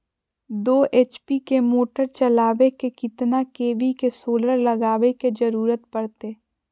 दो एच.पी के मोटर चलावे ले कितना के.वी के सोलर लगावे के जरूरत पड़ते?